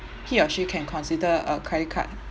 he or she can consider a credit card